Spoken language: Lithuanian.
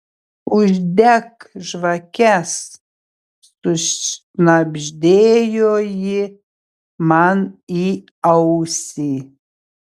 uždek žvakes sušnabždėjo ji man į ausį